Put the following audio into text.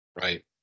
right